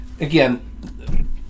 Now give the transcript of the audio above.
again